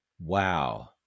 Wow